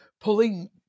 pulling